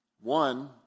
One